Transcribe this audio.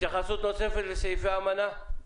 התייחסות נוספת לסעיפי האמנה.